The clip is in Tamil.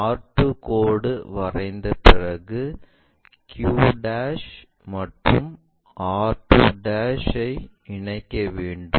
r2 கோடு வரைந்த பிறகு q மற்றும் r2 வை இணைக்க வேண்டும்